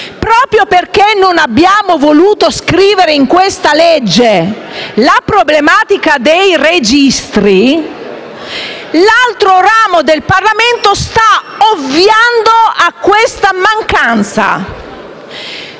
proprio perché non abbiamo voluto trattare in questo provvedimento la problematica dei registri, l'altro ramo del Parlamento sta ovviando a questa mancanza